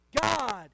God